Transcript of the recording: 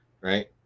right